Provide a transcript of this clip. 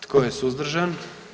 Tko je suzdržan?